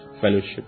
fellowship